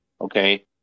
Okay